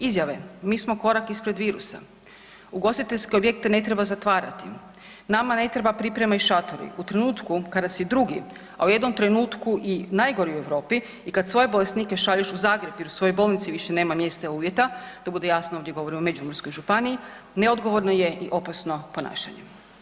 Izjave, mi smo korak ispred virusa, ugostiteljske objekte ne treba zatvarati, nama ne treba priprema i šatori, u trenutku kada si drugi, a u jednom trenutku i najgori u Europi i kada svoje bolesnike šalješ u Zagreb jer u svojoj bolnici više nema mjesta i uvjeta, da budemo jasni ovdje govorim o Međimurskoj županiji neodgovorno je i opasno ponašanje.